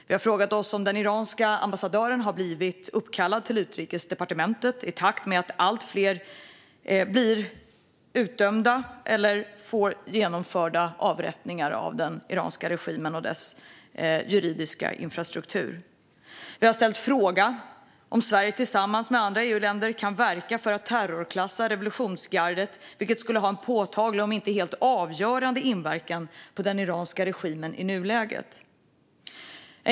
Vi har frågat om den iranska ambassadören har blivit uppkallad till Utrikesdepartementet i takt med att allt fler döms till avrättning och allt fler avrättningar genomförs av den iranska regimen och dess juridiska infrastruktur. Vi har ställt frågan om Sverige tillsammans med andra EU-länder kan verka för att terrorklassa revolutionsgardet, vilket skulle ha en påtaglig - om inte helt avgörande - inverkan på den iranska regimen i nuläget.